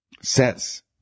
sets